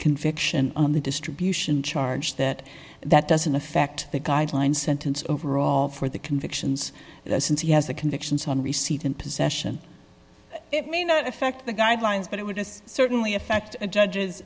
conviction on the distribution charge that that doesn't affect the guideline sentence overall for the convictions since he has the convictions on receipt and possession it may not affect the guidelines but it would certainly affect a judge